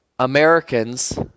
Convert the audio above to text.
Americans